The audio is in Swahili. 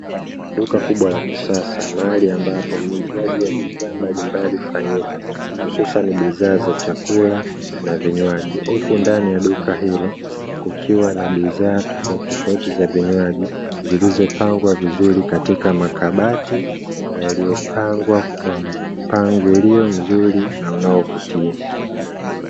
Duka kubwa la kisasa mahali ambapo uuzwaji wa bidhaa mbalimbali hufanyika hususani bidhaa za chakula na vinywaji , huku ndani ya duka hilo kukiwa na bidhaa tofautitofauti za vinywaji zilizopangwa vizuri katika makabati ,yaliyopangwa kwa mpangilio mzuri na unaovutia.